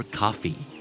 coffee